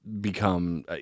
become –